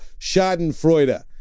schadenfreude